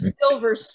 silver